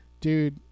Dude